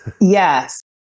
Yes